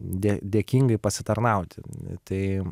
dė dėkingai pasitarnauti tai